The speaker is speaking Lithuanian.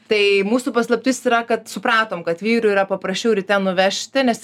tai mūsų paslaptis yra kad supratom kad vyrui yra paprasčiau ryte nuvežti nes